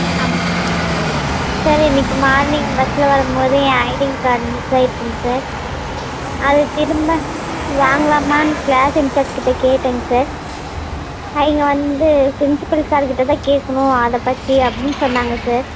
ஆமாம் சார் இன்றைக்கு மார்னிங் பஸ்ஸில் வரம்போது என் ஐடிங் கார்டு மிஸ் ஆயிடுச்சுங்க சார் அதை திரும்ப வாங்கலாமான்னு க்ளாஸ் இன்ச்சார்ஜ் கிட்ட கேட்டேங்க சார் அவங்க வந்து ப்ரின்ஸிபல் சாருக்கிட்ட தான் கேட்கணும் அதைப்பத்தி அப்படின்னு சொன்னாங்க சார்